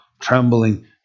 trembling